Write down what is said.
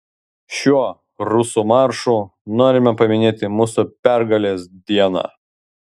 šiuo rusų maršu norime paminėti mūsų pergalės dieną